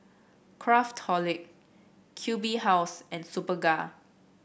Craftholic Q B House and Superga